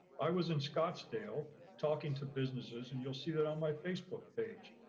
i was in scottsdale talking to businesses and you'll see that on my facebook page.